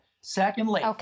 Secondly